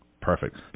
Perfect